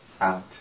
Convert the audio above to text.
Out